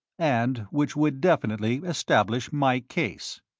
and which would definitely establish my case.